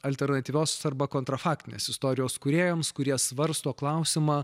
alternatyvios arba kontrofaktinės istorijos kūrėjams kurie svarsto klausimą